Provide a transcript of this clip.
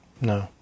no